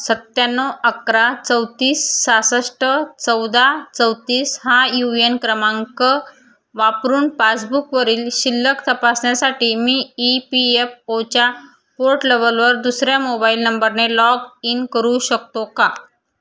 सत्त्याण्णव अकरा चौतीस सहासष्ट चौदा चौतीस हा यूएन क्रमांक वापरून पासबुकवरील शिल्लक तपासण्यासाठी मी ई पी एफ ओच्या पोर्टलवलवर दुसऱ्या मोबाईल नंबरने लॉग इन करू शकतो का